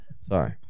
Sorry